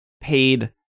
paid